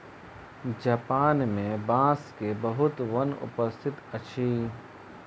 Japan मे बांस के बहुत वन उपस्थित अछि